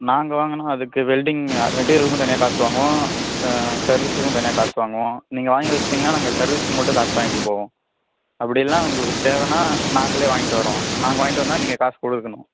நாங்கள் வாங்கினா அதுக்கு வெல்டிங் மெட்டீரியலுக்குன்னு தனியாக காசு வாங்குவோம் சர்வீஸுக்குன்னு தனியாக காசு வாங்குவோம் நீங்கள் வாங்கி வச்சுட்டீங்கன்னா நாங்கள் சர்வீஸுக்கு மட்டும் காசு வாங்கிட்டு போவோம் அப்படி இல்லைனா உங்களுக்கு தேவைன்னா நாங்கள் வாங்கிட்டு வர்றோம் நாங்கள் வாங்கிட்டு வந்தால் நீங்கள் காசு கொடுக்கணும்